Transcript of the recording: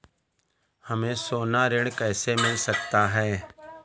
हमें सोना ऋण कैसे मिल सकता है?